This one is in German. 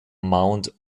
mount